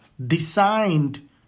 designed